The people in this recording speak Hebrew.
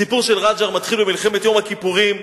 הסיפור של רג'ר מתחיל במלחמת יום הכיפורים.